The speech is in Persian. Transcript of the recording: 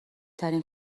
ترین